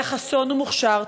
היה חסון ומוכשר,